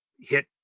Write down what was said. hit